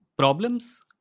problems